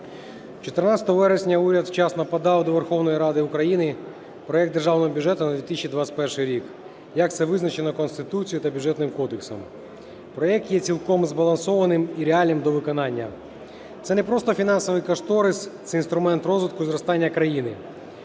14 вересня уряд вчасно подав до Верховної Ради України проект Державного бюджету на 2021 рік, як це визначено Конституцією та Бюджетним кодексом. Проект є цілком збалансованим і реальним до виконання. Це не просто фінансовий кошторис. Це інструмент розвитку і зростання країни.